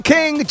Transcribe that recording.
King